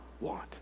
want